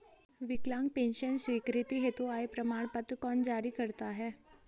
विकलांग पेंशन स्वीकृति हेतु आय प्रमाण पत्र कौन जारी करता है?